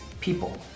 people